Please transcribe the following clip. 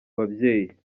ababyeyi